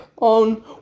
on